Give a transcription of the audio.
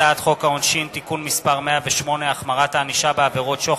הצעת חוק העונשין (תיקון מס' 108) (החמרת הענישה בעבירות שוחד),